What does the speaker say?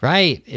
Right